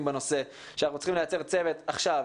בנושא שאנחנו צריכים לייצר צוות עכשיו,